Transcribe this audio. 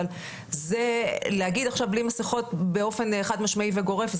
אבל להגיד עכשיו בלי מסכות באופן חד משמעי וגורף,